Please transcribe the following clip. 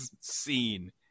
scene